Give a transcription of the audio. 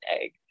egg